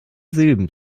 silben